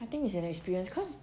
I think is an experience cause